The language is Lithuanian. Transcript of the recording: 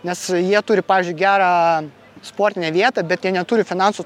nes jie turi pavyzdžiui gerą sportinę vietą bet jie neturi finansų